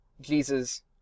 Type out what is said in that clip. Jesus